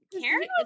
karen